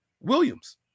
Williams